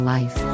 Life